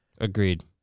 Agreed